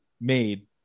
made